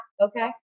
Okay